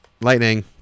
Lightning